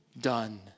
done